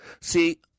See